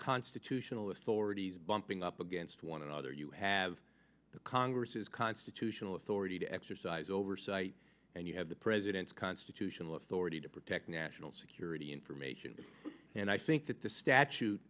constitutional authorities bumping up against one another you have the congress's constitutional authority to exercise oversight and you have president's constitutional authority to protect national security information and i think that the statute